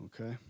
okay